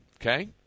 Okay